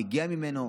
שאתה מגיע ממנו.